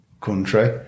country